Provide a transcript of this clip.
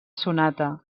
sonata